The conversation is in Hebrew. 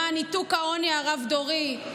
למען ניתוק העוני הרב-דורי,